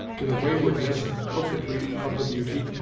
to the waywardness and coquetry of the beauty,